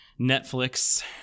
Netflix